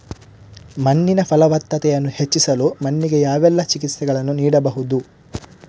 ಮಣ್ಣಿನ ಫಲವತ್ತತೆಯನ್ನು ಹೆಚ್ಚಿಸಲು ಮಣ್ಣಿಗೆ ಯಾವೆಲ್ಲಾ ಚಿಕಿತ್ಸೆಗಳನ್ನು ನೀಡಬಹುದು?